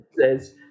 says